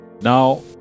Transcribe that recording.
Now